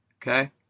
Okay